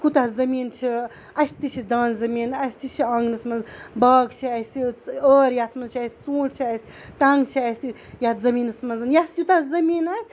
کوٗتاہ زٔمیٖن چھِ اَسہِ تہِ چھِ دانہِ زٔمیٖن اَسہِ تہِ چھِ آنٛگنَس منٛز باغ چھِ اَسہِ ٲر یَتھ منٛز چھِ اَسہِ ژوٗںٛٹھۍ چھِ اَسہِ ٹنٛگ چھِ اَسہِ یَتھ زٔمیٖنَس منٛزَ یَس یوٗتاہ زٔمیٖن آسہِ